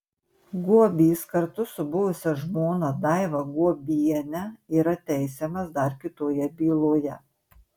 guobys kartu su buvusia žmona daiva guobiene yra teisiamas dar kitoje byloje